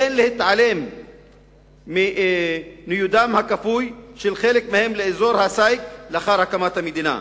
אין להתעלם מניודם הכפוי של חלק מהם לאזור הסייג לאחר הקמת המדינה,